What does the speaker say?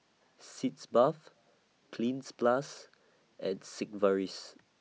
Sitz Bath Cleanz Plus and Sigvaris